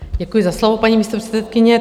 Děkuji za slovo, paní místopředsedkyně.